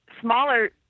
smaller